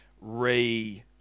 re